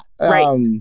Right